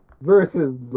versus